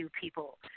people